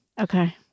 Okay